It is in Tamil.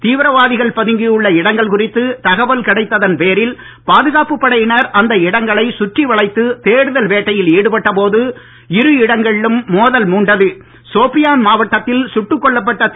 தீவிரவாதிகள் பதுங்கியுள்ள இடங்கள் குறித்து தகவல் கிடைத்ததன் பேரில் பாதுகாப்புப் படையினர் அந்த இடங்களை சுற்றி வளைத்து தேடுதல் வேட்டையில் ஈடுபட்ட போது இரு இடங்களிலும் மோதல் சோபியான் மாவட்டத்தில் சுட்டுக் கொல்லப்பட்ட மூண்டது